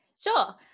Sure